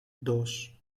dos